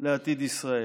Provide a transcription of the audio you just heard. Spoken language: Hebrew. לעתיד ישראל.